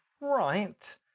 right